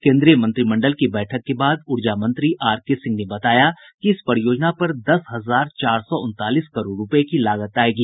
केन्द्रीय मंत्रिमंडल की बैठक के बाद ऊर्जा मंत्री आरके सिंह ने बताया कि इस परियोजना पर दस हजार चार सौ उनतालीस करोड़ रूपये की लागत आयेगी